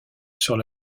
sur